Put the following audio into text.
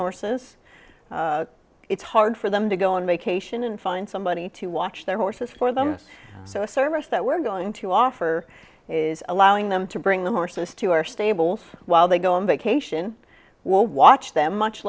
horses it's hard for them to go on vacation and find somebody to watch their horses for them so a service that we're going to offer is allowing them to bring the horses to our stables while they go on vacation we'll watch them much